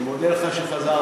אני מודה לך שחזרת.